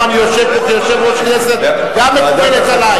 ועדת חקירה על למה אני יושב פה כיושב-ראש כנסת גם מקובלת עלי.